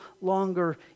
longer